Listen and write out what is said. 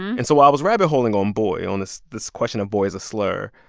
and so while i was rabbit-holing on boy, on this this question of boy as a slur,